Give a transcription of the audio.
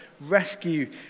rescue